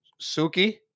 Suki